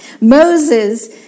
Moses